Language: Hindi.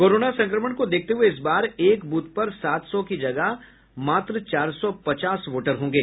कोरोना संक्रमण को देखते हुए इस बार एक ब्रथ पर सात सौ की जगह मात्र चार सौ पचास वोटर होंगे